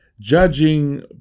judging